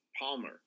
Palmer